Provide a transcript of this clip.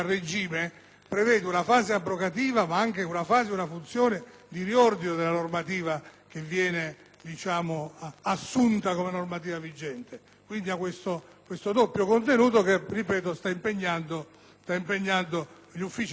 prevede una fase abrogativa, ma anche una fase e una funzione di un riordino della normativa che viene assunta come vigente; quindi ha questo doppio contenuto che, ripeto, sta impegnando gli uffici del Governo